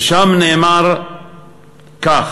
ושם נאמר כך: